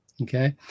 Okay